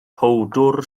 powdwr